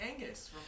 Angus